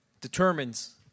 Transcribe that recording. determines